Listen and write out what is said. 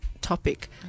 topic